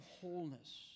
wholeness